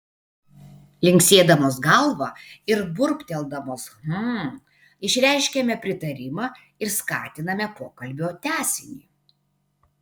linksėdamos galvą ir burbteldamos hm išreiškiame pritarimą ir skatiname pokalbio tęsinį